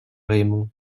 raymond